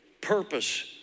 purpose